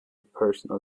personal